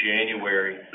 January